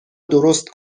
درست